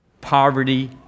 Poverty